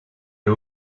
les